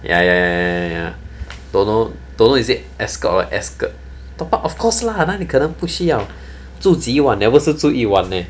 ya ya ya ya ya don't know don't know is it escort or ascott top up of course lah 哪里可能不需要住几晚 leh 不是住一晚 leh